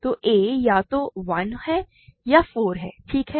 तो a या तो 1 है या 4 है ठीक है